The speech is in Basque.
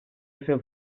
efe